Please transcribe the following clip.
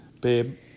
Babe